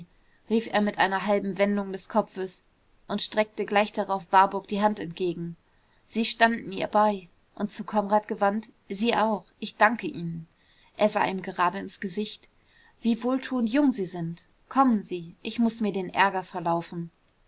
rief er mit einer halben wendung des kopfes und streckte gleich darauf warburg die hand entgegen sie standen ihr bei und zu konrad gewandt sie auch ich danke ihnen er sah ihm gerade ins gesicht wie wohltuend jung sie sind kommen sie ich muß mir den ärger verlaufen